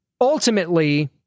ultimately